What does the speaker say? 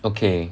okay